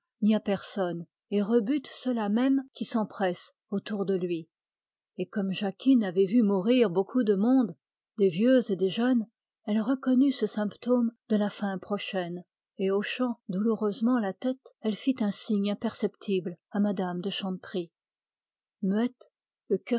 ni à personne et rebute ceux-là mêmes qui s'empressent autour de lui comme jacquine avait vu mourir beaucoup de monde des vieux et des jeunes elle reconnut ce symptôme de la fin prochaine et hochant douloureusement la tête elle fit un signe imperceptible à mme de chanteprie muettes le